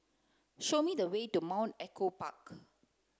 show me the way to Mount Echo Park